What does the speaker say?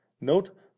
note